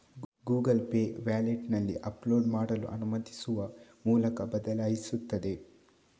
Google Pay ವ್ಯಾಲೆಟಿನಲ್ಲಿ upload ಮಾಡಲು ಅನುಮತಿಸುವ ಮೂಲಕ ಬದಲಾಯಿಸುತ್ತದೆ